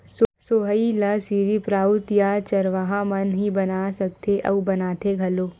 सोहई ल सिरिफ राउत या चरवाहा मन ही बना सकथे अउ बनाथे घलोक